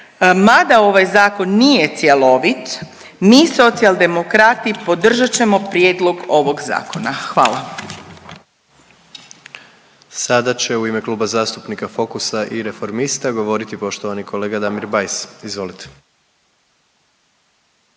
Mada ovaj zakon nije cjelovit, mi Socijaldemokrati podržat ćemo prijedlog ovog zakona, hvala. **Jandroković, Gordan (HDZ)** Sada će u ime Kluba zastupnika Fokusa i Reformista govoriti poštovani kolega Damir Bajs, izvolite.